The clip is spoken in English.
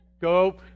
Go